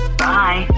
bye